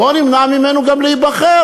בוא ונמנע ממנו גם להיבחר.